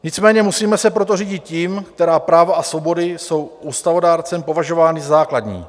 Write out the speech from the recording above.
Nicméně musíme se proto řídit tím, která práva a svobody jsou ústavodárcem považovány za základní.